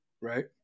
right